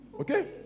Okay